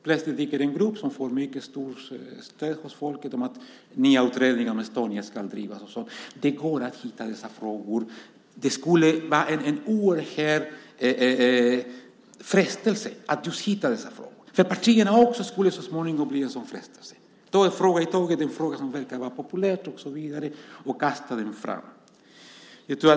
Plötsligt dyker det upp en grupp som får mycket stort stöd hos folket om att nya utredningar om Estonia ska göras. Det går att hitta dessa frågor. Det skulle vara en oerhörd frestelse att just hitta dessa frågor. För partierna skulle det så småningom också bli en frestelse. De skulle ta en fråga som verkar vara populär och så vidare och kasta fram den.